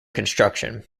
construction